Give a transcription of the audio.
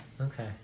Okay